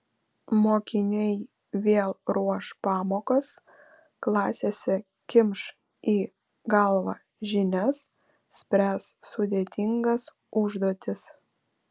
mokiniai vėl ruoš pamokas klasėse kimš į galvą žinias spręs sudėtingas užduotis